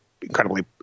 incredibly